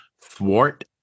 thwart